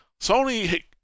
Sony